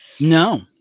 No